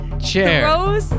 chair